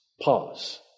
pause